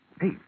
Hey